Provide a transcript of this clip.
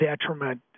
detriment